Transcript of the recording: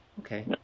Okay